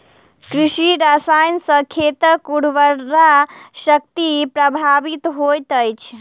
कृषि रसायन सॅ खेतक उर्वरा शक्ति प्रभावित होइत अछि